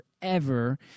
forever